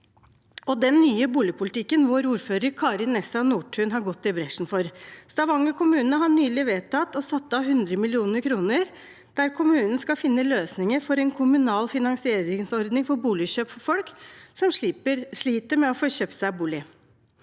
den nye boligpolitikken vår ordfører Kari Nessa Nordtun har gått i bresjen for. Stavanger kommune har nylig vedtatt og satt av 100 mill. kr, der kommunen skal finne løsninger for en kommunal finansieringsordning for boligkjøp for folk som sliter med å få kjøpt seg bolig.